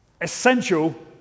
essential